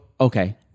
okay